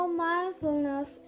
mindfulness